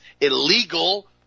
illegal